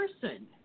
person